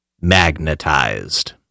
magnetized